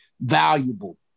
valuable